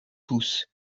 tous